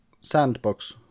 sandbox